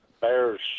bear's